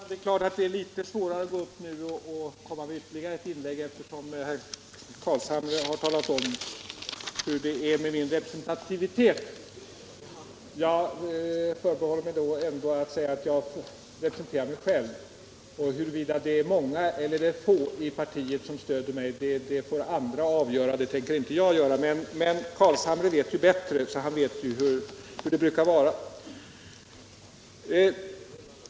Herr talman! Självfallet är det litet svårare för mig att nu komma med ytterligare inlägg, eftersom herr Carlshamre har talat om hur det är med min representativitet. Jag förbehåller mig emellertid rätten att representera mig själv, och huruvida det är många eller få inom partiet som stöder mig, det får andra avgöra. Men herr Carlshamre vet ju bättre — han vet hur det förhåller sig.